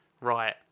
Right